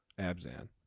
abzan